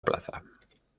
plaza